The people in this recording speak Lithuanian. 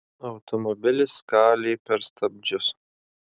automobilis kalė per stabdžius